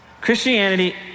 Christianity